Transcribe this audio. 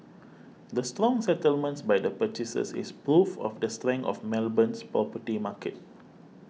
the strong settlements by the purchasers is proof of the strength of Melbourne's property market